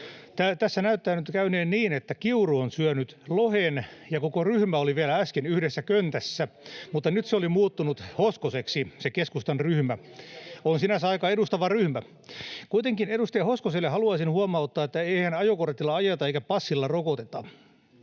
Tässä näyttää nyt käyneen niin, että Kiuru on syönyt lohen ja koko ryhmä oli vielä äsken yhdessä köntässä, mutta nyt se oli muuttunut Hoskoseksi, se keskustan ryhmä. [Hannu Hoskosen välihuuto] On sinänsä aika edustava ryhmä. Kuitenkin edustaja Hoskoselle haluaisin huomauttaa, että eihän ajokortilla ajeta eikä passilla rokoteta.